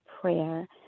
Prayer